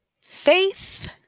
Faith